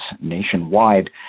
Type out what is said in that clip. nationwide